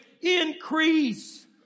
increase